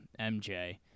MJ